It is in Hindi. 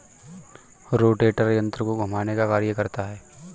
रोटेटर यन्त्र को घुमाने का कार्य करता है